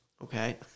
Okay